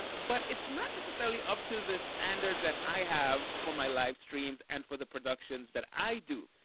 but it's not necessarily up to the standard that i have for my livestreams and for the productions that i do.